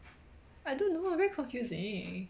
I don't know very confusing